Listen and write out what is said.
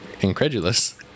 incredulous